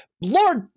lord